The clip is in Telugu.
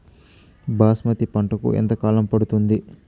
బాస్మతి పంటకు ఎంత కాలం పడుతుంది?